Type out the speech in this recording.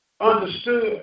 understood